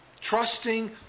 trusting